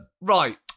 Right